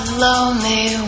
lonely